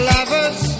Lovers